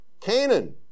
Canaan